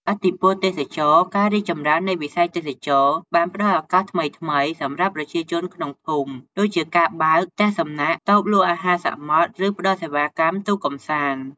ឥទ្ធិពលទេសចរណ៍ ការរីកចម្រើននៃវិស័យទេសចរណ៍បានផ្តល់ ឱកាសថ្មីៗ សម្រាប់ប្រជាជនក្នុងភូមិ ដូចជាការបើក ផ្ទះសំណាក់ តូបលក់អាហារសមុទ្រ ឬផ្តល់សេវាកម្ម ទូកកម្សាន្ត។